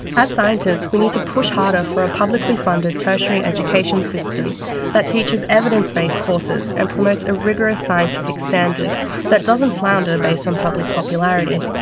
as scientists, we need to push harder for a publicly funded tertiary education system that teaches evidence based courses, and promotes a rigorous scientific standard that doesn't flounder based on public popularity.